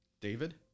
David